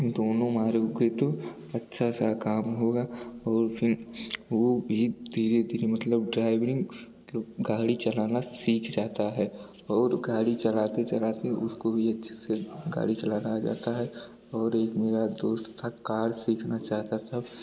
दोनों मरोगे तो अच्छा सा काम होगा और फ़िर वह भी धीरे धीरे मतलब ड्राइविंग गाड़ी चलाना सीख जाता है और गाड़ी चलाते चलाते उसको भी अच्छे से गाड़ी चलाना आ जाता है और एक मेरा था दोस्त कार सीखना चाहता था